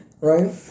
right